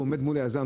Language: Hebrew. הוא עומד מול היזם,